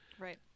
Right